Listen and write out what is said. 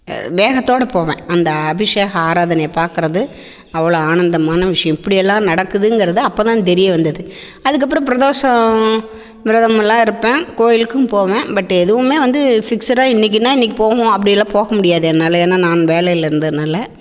வேகத்தோடய போவேன் அந்த அபிஷேகம் ஆராதனை பார்க்கறது அவ்வளோ ஆனந்தமான விஷயம் இப்படியெல்லாம் நடக்குதுங்கிறதை அப்போ தான் தெரிய வந்தது அதுக்கப்பறம் பிரதோஷம் விரதமெல்லாம் இருப்பேன் கோயிலுக்கும் போவேன் பட்டு எதுவுமே வந்து பிக்ஸுடாக இன்றைக்கினா இன்றைக்கு போவோம் அப்படியெல்லாம் போக முடியாது என்னால் ஏன்னா நான் வேலையில் இருந்ததனால